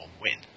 win